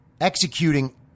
executing